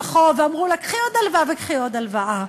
חוב ואמרו לה "קחי עוד הלוואה" ו"קחי עוד הלוואה"?